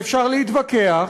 ואפשר להתווכח,